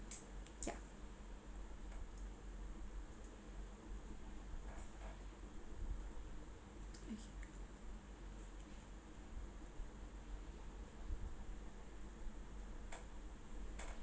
ya